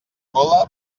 cola